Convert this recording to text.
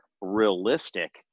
realistic